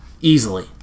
Easily